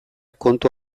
kontu